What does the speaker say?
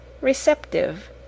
receptive